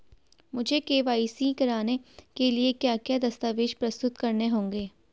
मुझे के.वाई.सी कराने के लिए क्या क्या दस्तावेज़ प्रस्तुत करने होंगे?